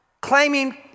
claiming